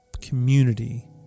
community